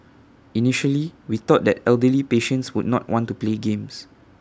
initially we thought that elderly patients would not want to play games